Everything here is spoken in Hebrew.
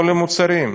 לא מוצרים.